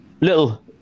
Little